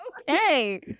okay